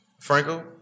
Franco